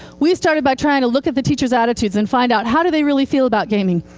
we started by trying to look at the teachers' attitudes and find out how do they really feel about gaming,